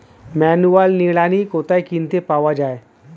Manual নিড়ানি কোথায় কিনতে পাওয়া যায়?